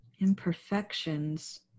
Imperfections